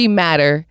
matter